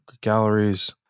galleries